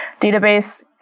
database